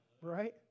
Right